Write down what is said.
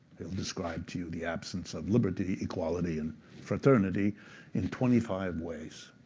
he'll describe to you the absence of liberty, equality, and fraternity in twenty five ways.